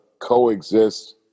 coexist